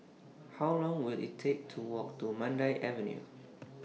How Long Will IT Take to Walk to Mandai Avenue